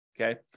Okay